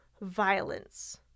violence